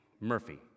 Murphy